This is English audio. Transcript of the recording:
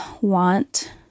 want